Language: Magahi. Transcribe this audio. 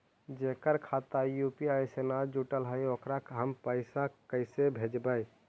जेकर खाता यु.पी.आई से न जुटल हइ ओकरा हम पैसा कैसे भेजबइ?